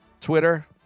Twitter